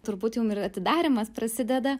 turbūt jum ir atidarymas prasideda